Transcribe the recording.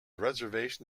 reservation